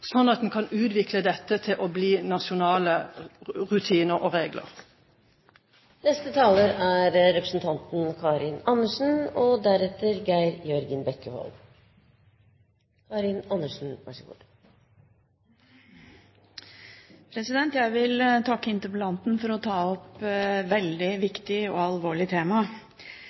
sånn at en kan utvikle dette til å bli nasjonale rutiner og regler. Jeg vil takke interpellanten for å ta opp et veldig viktig og alvorlig tema.